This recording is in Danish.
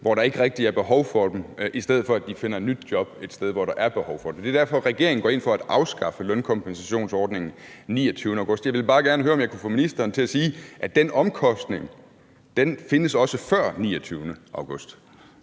hvor der ikke rigtig er behov for dem, i stedet for at de finder et nyt job et sted, hvor der er behov for dem. Det er derfor, at regeringen går ind for at afskaffe lønkompensationsordningen 29. august. Jeg ville bare gerne høre, om jeg kunne få ministeren til at sige, at den omkostning også findes før 29. august.